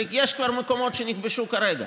הרי יש כבר מקומות שנכבשו כרגע